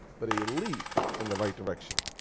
but a leap in the right direction.